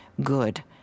good